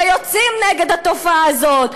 ויוצאים נגד התופעה הזאת.